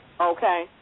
Okay